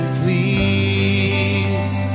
please